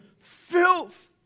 filth